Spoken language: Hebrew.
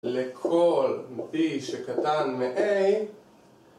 לכל d שקטן מ-a